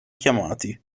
chiamati